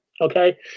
okay